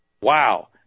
Wow